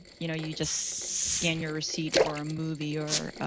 you know, you just scan your receipt for a movie or